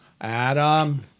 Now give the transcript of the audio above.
Adam